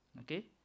Okay